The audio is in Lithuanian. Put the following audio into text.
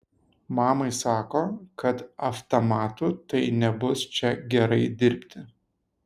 mamai sako kad avtamatu tai nebus čia gerai dirbti